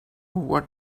what